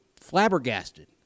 flabbergasted